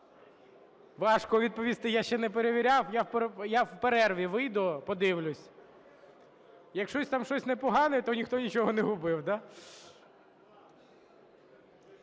Важко відповісти, я ще не перевіряв, я в перерві вийду подивлюся. Якщо там щось непогане, то ніхто нічого не губив,